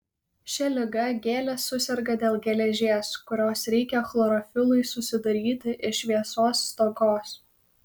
šia liga gėlės suserga dėl geležies kurios reikia chlorofilui susidaryti ir šviesos stokos